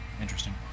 interesting